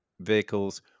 vehicles